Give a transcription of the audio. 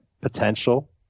potential